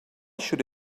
should